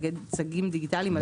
צגים דיגיטליים.